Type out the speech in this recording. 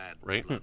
right